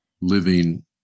living